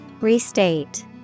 Restate